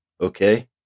okay